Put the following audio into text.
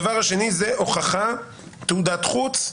הדבר השני זה "הוכחת תעודת חוץ".